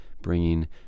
bringing